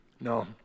No